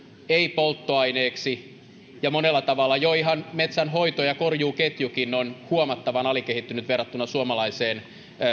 ei polttoaineeksi ja monella tavalla jo ihan metsänhoito ja korjuuketjukin on huomattavan alikehittynyt verrattuna suomalaiseen